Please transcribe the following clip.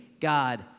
God